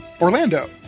Orlando